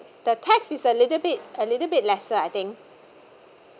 the tax is a little bit a little bit lesser I think